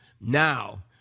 Now